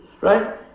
right